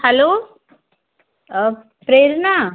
hello Prerna